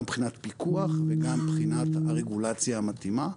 גם מבחינת פיקוח וגם מבחינת הרגולציה המתאימה.